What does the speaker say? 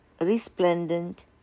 resplendent